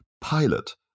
pilot